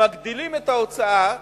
מגדילים את ההוצאה,